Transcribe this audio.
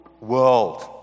world